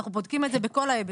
אנחנו בודקים את זה בכל ההיבטים.